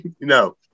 no